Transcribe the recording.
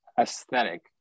aesthetic